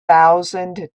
thousand